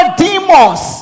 demons